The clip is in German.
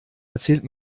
erzählt